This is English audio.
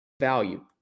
value